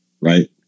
right